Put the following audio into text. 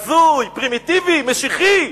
הזוי, פרימיטיבי, משיחי,